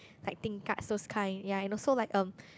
writing cards those kind ya and also like um